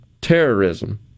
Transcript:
terrorism